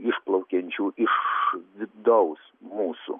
išplaukiančių iš vidaus mūsų